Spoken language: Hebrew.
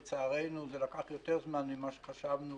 לצערנו, זה לקח יותר זמן ממה שחשבנו.